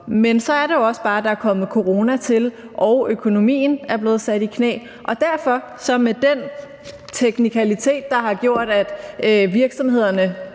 Men så er det jo også bare sådan, at der er kommet corona til, og økonomien er blevet tvunget i knæ, og derfor mener vi, at den teknikalitet har gjort, at virksomhedernes